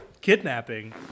kidnapping